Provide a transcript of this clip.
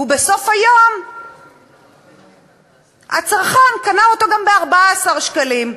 ובסוף היום הצרכן קנה אותו גם ב-14 שקלים.